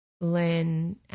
learn